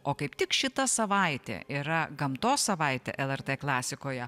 o kaip tik šitą savaitę yra gamtos savaitė lrt klasikoje